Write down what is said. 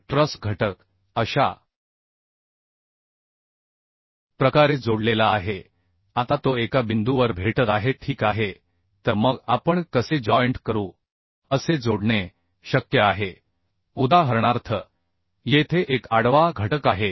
एक ट्रस घटक अशा प्रकारे जोडलेला आहे आता तो एका बिंदूवर भेटत आहे ठीक आहे